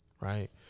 right